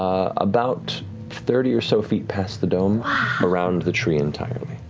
about thirty or so feet past the dome around the tree entirely.